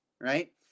right